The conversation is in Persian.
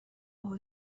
اقا